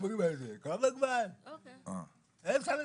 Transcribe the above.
מדברים על זה, כמה זמן מאז 1995?